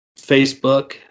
Facebook